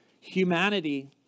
humanity